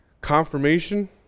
Confirmation